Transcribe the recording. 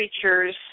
creatures